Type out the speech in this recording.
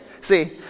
See